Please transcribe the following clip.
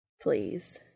Please